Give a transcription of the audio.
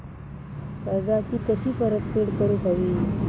कर्जाची कशी परतफेड करूक हवी?